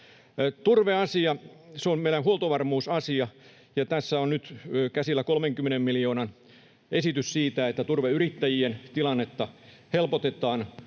Turveasia on meidän huoltovarmuusasia, ja tässä on nyt käsillä 30 miljoonan esitys siitä, että turveyrittäjien tilannetta helpotetaan,